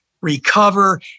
recover